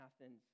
Athens